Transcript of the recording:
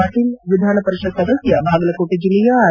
ಪಾಟೀಲ್ ವಿಧಾನಪರಿಷತ್ ಸದಸ್ಟ ಬಾಗಲಕೋಟೆ ಜಿಲ್ಲೆಯ ಆರ್